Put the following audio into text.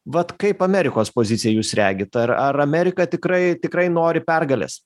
vat kaip amerikos poziciją jūs regit ar ar amerika tikrai tikrai nori pergalės